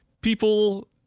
people